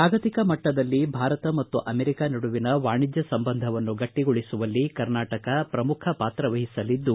ಜಾಗತಿಕ ಮಟ್ಟದಲ್ಲಿ ಭಾರತ ಮತ್ತು ಅಮೆರಿಕ ನಡುವಿನ ವಾಣಿಜ್ಯ ಸಂಬಂಧವನ್ನು ಗಟ್ಟಿಗೊಳಿಸುವಲ್ಲಿ ಕರ್ನಾಟಕ ಪ್ರಮುಖ ಪಾತ್ರ ವಹಿಸಲಿದ್ದು